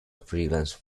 freelance